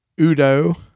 Udo